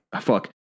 fuck